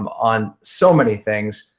um on so many things.